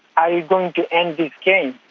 are you going to end this game?